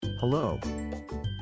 Hello